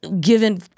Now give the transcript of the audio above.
given